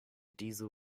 diesel